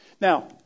Now